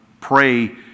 pray